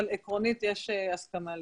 אבל עקרונית יש הסכמה לזה.